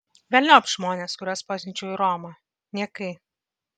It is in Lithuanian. velniop žmones kuriuos pasiunčiau į romą niekai